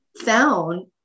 found